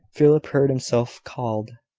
philip heard himself called.